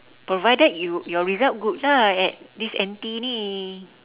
provided you your result good lah at this N_T ini